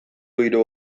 hiru